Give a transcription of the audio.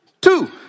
Two